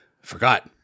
forgot